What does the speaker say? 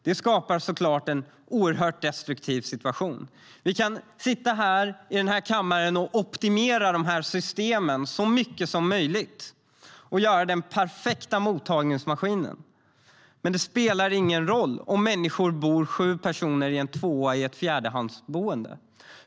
Det skapar såklart en oerhört destruktiv situation. Vi kan sitta här i kammaren och optimera de här systemen så mycket som möjligt och skapa den perfekta mottagningsmaskinen. Men det spelar ingen roll om människor bor sju personer i en tvåa i ett fjärdehandsboende.